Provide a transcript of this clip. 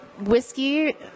whiskey